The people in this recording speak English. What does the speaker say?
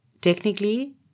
technically